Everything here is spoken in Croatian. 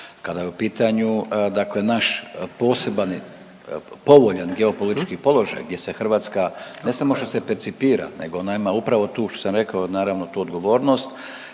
kada je u pitanju dakle naš poseban povoljan geopolitički položaj gdje se Hrvatske ne samo što se percipira nego ona ima upravo tu što sam rekao naravno tu odgovornost